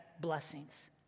blessings